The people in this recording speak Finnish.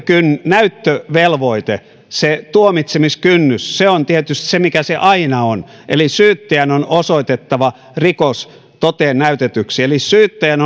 näyttövelvoite se tuomitsemiskynnys on tietysti se mikä se aina on eli syyttäjän on osoitettava rikos toteen näytetyksi eli syyttäjän